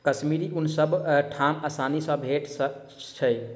कश्मीरी ऊन सब ठाम आसानी सँ भेटैत छै